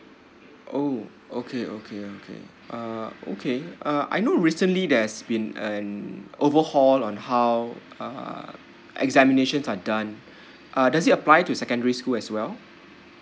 oh okay okay okay uh okay uh I know recently there's been an overhaul on how uh examinations are done uh does it apply to secondary school as well